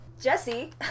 Jesse